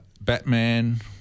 Batman